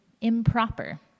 improper